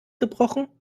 gebrochen